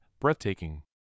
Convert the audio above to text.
breathtaking